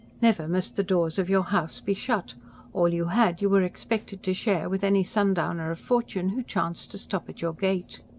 never must the doors of your house be shut all you had you were expected to share with any sundowner of fortune who chanced to stop at your gate.